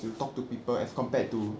to talk to people as compared to